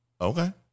Okay